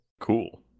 Cool